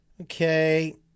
Okay